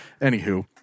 Anywho